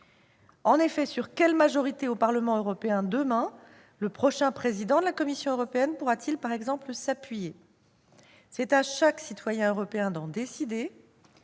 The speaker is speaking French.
En effet, sur quelle majorité au Parlement européen le prochain président de la Commission européenne pourra-t-il par exemple s'appuyer ? C'est à chaque citoyen européen d'en décider